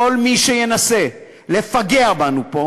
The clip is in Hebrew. כל מי שינסה לפגע בנו פה